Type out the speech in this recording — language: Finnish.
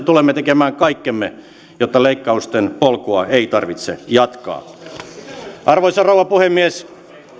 tulemme tekemään kaikkemme jotta leikkausten polkua ei tarvitse jatkaa arvoisa rouva puhemies